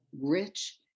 rich